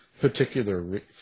particular